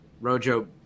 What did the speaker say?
Rojo